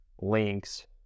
links